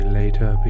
later